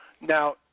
Now